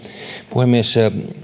puhemies